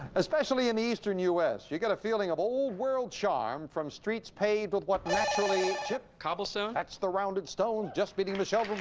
especially in the eastern us, you get a feeling of old-world charm from streets paved with what naturally. chip? cobblestone. that's the rounded stone. just beating michelle to the